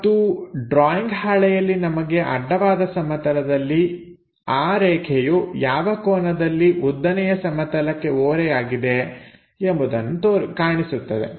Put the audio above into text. ಮತ್ತು ಡ್ರಾಯಿಂಗ್ ಹಾಳೆಯಲ್ಲಿ ನಮಗೆ ಅಡ್ಡವಾದ ಸಮತಲದಲ್ಲಿ ಆ ರೇಖೆಯು ಯಾವ ಕೋನದಲ್ಲಿ ಉದ್ದನೆಯ ಸಮತಲಕ್ಕೆ ಓರೆಯಾಗಿದೆ ಎಂಬುದು ಕಾಣಿಸುತ್ತದೆ